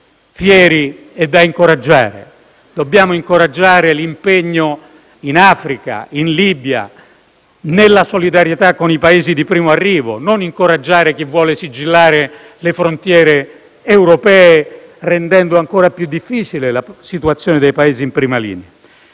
fieri né da incoraggiare. Dobbiamo incoraggiare l'impegno in Africa, in Libia, nella solidarietà con i Paesi di primo arrivo, non incoraggiare chi vuole sigillare le frontiere europee rendendo ancora più difficile la situazione dei Paesi in prima linea.